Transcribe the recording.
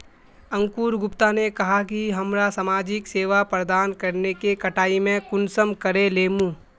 अंकूर गुप्ता ने कहाँ की हमरा समाजिक सेवा प्रदान करने के कटाई में कुंसम करे लेमु?